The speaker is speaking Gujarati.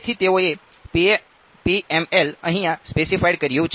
તેથી તેઓએ PML અહિયાં સ્પેસીફાઈડ કર્યું છે